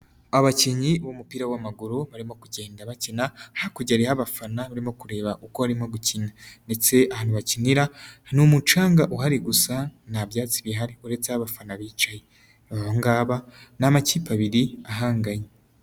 Abakinnyi b'umupira w'amaguru barimo kugenda bakina, hakurya hariyo abafana barimo kureba uko barimo gukina. Ndetse ahantu bakinira ni umucanga uhari gusa nta byatsi bihari uretse aho abafana bicaye. Aba ngaba ni amakipe abiri ahanganye.